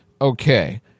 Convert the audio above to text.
Okay